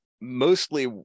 Mostly